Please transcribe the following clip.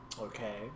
Okay